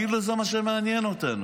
כאילו זה מה שמעניין אותנו.